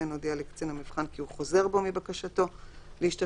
הודיע לקצין המבחן כי הוא חוזר בו מבקשתו להשתתפות